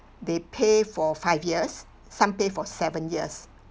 they pay for five years some pay for seven years